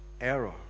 error